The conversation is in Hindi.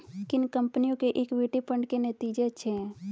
किन कंपनियों के इक्विटी फंड के नतीजे अच्छे हैं?